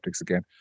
again